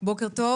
בוקר טוב.